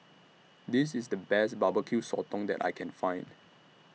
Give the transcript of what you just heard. This IS The Best Barbecue Sotong that I Can Find